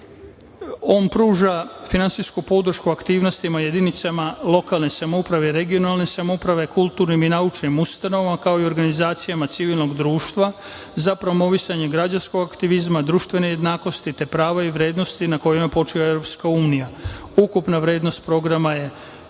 pruža finansijsku podršku aktivnostima jedinicama lokalne samouprave, regionalne samouprave, kulturnim i naučnim ustanovama, kao i organizacijama civilnog društva za promovisanje građanskog aktivizma, društvene jednakosti, te prava i vrednosti na kojima počiva EU. Ukupna vrednost programa je